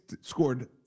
scored